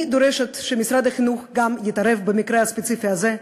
אני דורשת שמשרד החינוך גם יתערב במקרה הספציפי הזה,